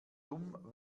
dumm